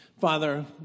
Father